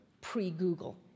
pre-Google